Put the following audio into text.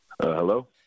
Hello